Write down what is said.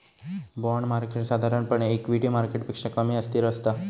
bond market साधारणपणे equity मार्केटपेक्षा कमी अस्थिर असता